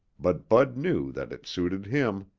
but bud knew that it suited him.